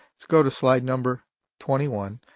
let's go to slide number twenty one.